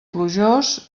plujós